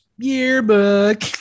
Yearbook